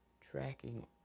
tracking